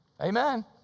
Amen